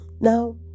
now